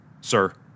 Sir